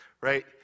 Right